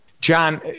John